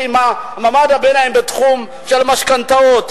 עם מעמד הביניים בתחום של המשכנתאות,